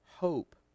Hope